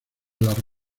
las